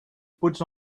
puts